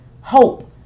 Hope